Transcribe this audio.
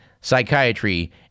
psychiatry